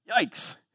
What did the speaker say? Yikes